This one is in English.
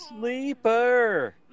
sleeper